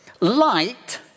Light